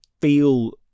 feel